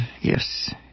yes